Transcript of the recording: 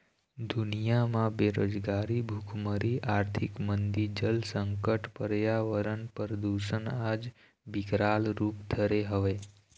दुनिया म बेरोजगारी, भुखमरी, आरथिक मंदी, जल संकट, परयावरन परदूसन आज बिकराल रुप धरे हवय